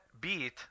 beat